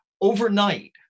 Overnight